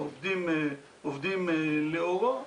העובדים עובדים לאורו,